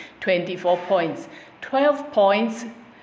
twenty four points twelve points